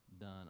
done